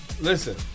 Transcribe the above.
Listen